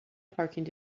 parking